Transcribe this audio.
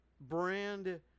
brand